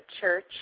church